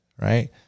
right